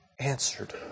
answered